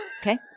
Okay